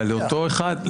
אבל לאותו אחד,